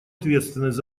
ответственность